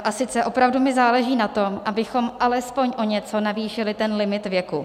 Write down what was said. A sice opravdu mi záleží na tom, abychom alespoň o něco navýšili limit věku.